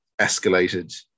escalated